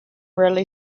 rarely